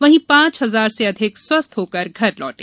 वहीं पांच हजार से अधिक स्वस्थ्य होकर घर लौटे